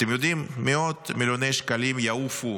אתם יודעים, מאות מיליוני שקלים יעופו